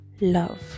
love